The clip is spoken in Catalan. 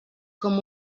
com